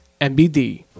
mbd